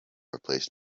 replaced